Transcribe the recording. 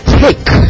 take